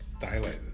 dilated